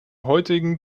heutigen